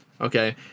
okay